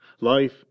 Life